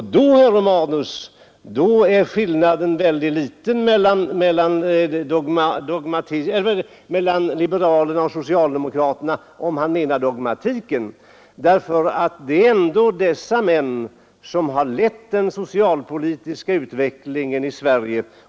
I så fall, herr Romanus, är skillnaden mycket liten mellan liberalerna och socialdemokraterna i vad avser den dogmatiska inställningen, ty det är ändå dessa män som har lett den socialpolitiska utvecklingen i Sverige.